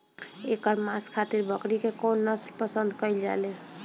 एकर मांस खातिर बकरी के कौन नस्ल पसंद कईल जाले?